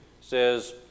says